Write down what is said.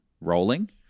rolling